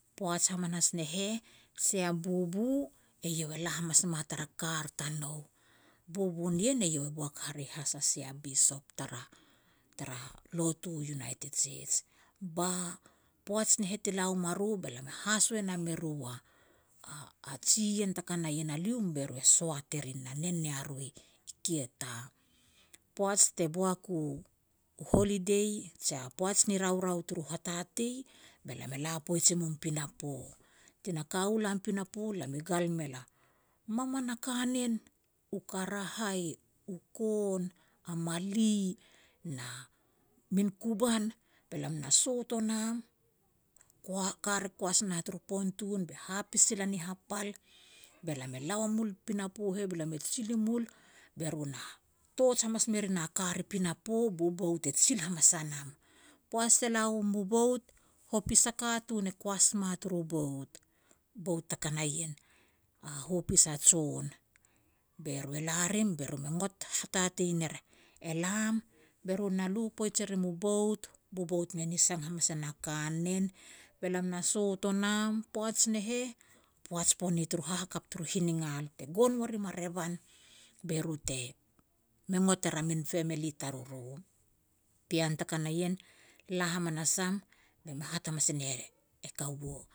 Poaj hamanas ne heh, sia bubu, eiau e la hamas ma tara kar tanou. Bubu nien eiau e boak hare has a sia Bisop tara-tara lotu United Church. Ba poaj ne heh ti la ua ma ru be lam e haso e nam eru a-a-a jiien te ka na ien a lium, be ru e soat e rin na nen ia ru i Kieta. Poaj te boak u-u holiday jia poaj ni raurau turu hatatei, be lam e la poij e mum pinapo. Tika ka u lam i pinapo, lam i gal mel a maman a kanen, u karahai, u kon, a mali, na min kuban. Be lam a sot o nom, ba kar e kuas a na turu pontun, be hapis i lan i hapal, be lam e la ua mul i pinapo heh, be lam e jil i mul be ru na torch hamas me rin a kar i pinapo, bu bout e jil hamas a nam. Poaj te la wam u bout, hopis a katun e kuas ma turu bout, bout te ka na ien, a hopis a jon. Be ru e la rim, be ru me ngot hatatei ner e-e lam, be ru na lu poij e rim u bout, bu bout me nisang hamas e na kanen, be lam na sot o nam. Poaj ne heh, poaj pone turu hahakap turu hiningal, te gon wa rim a revan, be ru te me ngot er a min family taruru. Pean te ka na nien la hamanas am, be me hat hamas e ne kaua